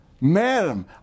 Madam